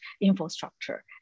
infrastructure